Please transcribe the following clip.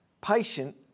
patient